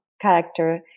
character